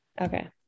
Okay